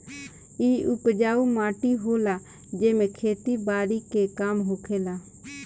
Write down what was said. इ उपजाऊ माटी होला जेमे खेती बारी के काम होखेला